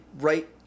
right